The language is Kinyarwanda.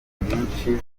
nyinshi